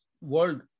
world